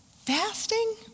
Fasting